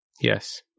Yes